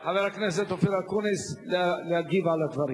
חבר הכנסת אופיר אקוניס, להגיב על הדברים.